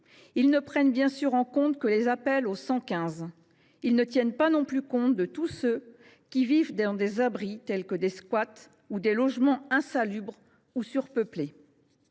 ils ne prennent en considération que les appels au 115. Ils ne tiennent pas non plus compte de tous ceux qui vivent dans des abris tels que des squats ou des logements insalubres ou surpeuplés.